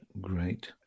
great